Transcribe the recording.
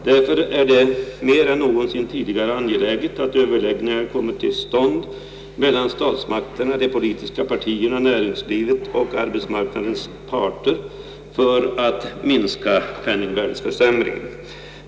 Därför är det mer än någonsin tidigare ange läget att överläggningar kommer till stånd mellan statsmakterna, de politiska partierna, näringslivet och arbetsmarknadens parter för att minska penningvärdeförsämringen.